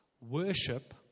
Worship